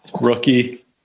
rookie